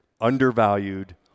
undervalued